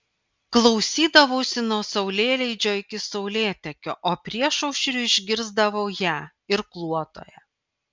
klausydavausi nuo saulėleidžio iki saulėtekio o priešaušriu išgirsdavau ją irkluotoją